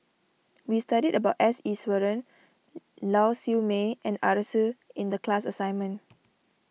we studied about S Iswaran Lau Siew Mei and Arasu in the class assignment